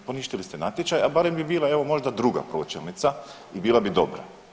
Poništili ste natječaj, a barem bi bila evo možda druga pročelnica i bila bi dobra.